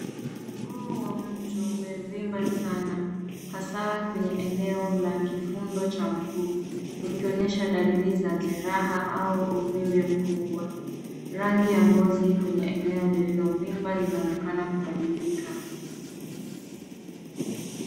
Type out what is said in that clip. Mguu wa mtu umevimba sana, hasaa, kwenye eneo la kifundo cha mguu, likionyesha dalili za jeraha au uvimbe mkubwa. Rangi ya ngozi kwenye eneo lililovimba linaonekana kubadilika.